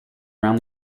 around